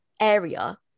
area